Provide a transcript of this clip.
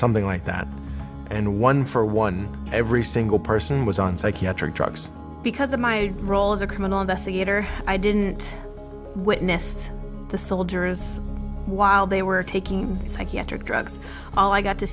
something like that and one for one every single person was on psychiatric drugs because of my role as a criminal investigator i didn't witness the soldiers while they were taking psychiatric drugs all i got to